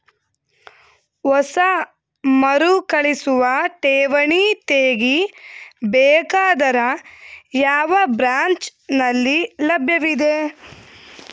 ಹೊಸ ಮರುಕಳಿಸುವ ಠೇವಣಿ ತೇಗಿ ಬೇಕಾದರ ಯಾವ ಬ್ರಾಂಚ್ ನಲ್ಲಿ ಲಭ್ಯವಿದೆ?